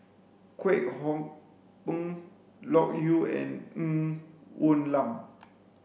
Kwek Hong Png Loke Yew and Ng Woon Lam